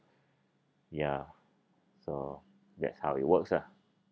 ya so that's how it works lah